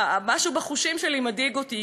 משהו בחושים שלי מדאיג אותי,